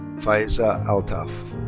faiza altaf.